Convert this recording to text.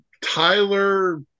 Tyler